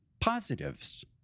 positives